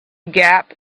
gap